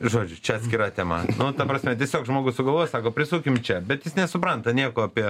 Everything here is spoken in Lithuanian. žodžiu čia atskira tema nu ta prasme tiesiog žmogus sugalvojo sako prisukim čia bet jis nesupranta nieko apie